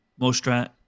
Mostrat